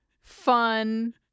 fun